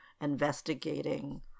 investigating